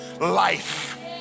life